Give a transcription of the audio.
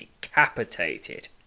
decapitated